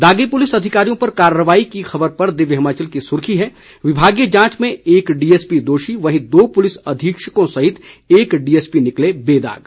दागी पूलिस अधिकारियों पर कार्रवाई की खबर पर दिव्य हिमाचल की सुर्खी है विभागीय जांच में एक डीएसपी दोषी वहीं दो पुलिस अधीक्षकों सहित एक डीएसपी निकले बेदाग